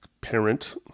parent